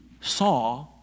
saw